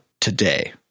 today